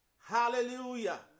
hallelujah